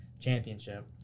championship